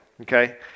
okay